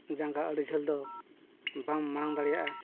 ᱡᱟᱝᱜᱟ ᱟᱹᱰᱤ ᱡᱷᱟᱹᱞ ᱫᱚ ᱵᱟᱢ ᱢᱟᱲᱟᱝ ᱫᱟᱲᱮᱭᱟᱜᱼᱟ